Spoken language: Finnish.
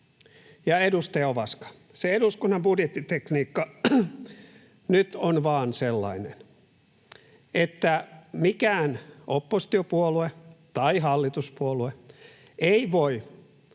Edustaja Ovaska, se eduskunnan budjettitekniikka nyt on vain sellainen, että mikään oppositiopuolue tai hallituspuolue ei voi